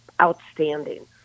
outstanding